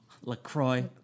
LaCroix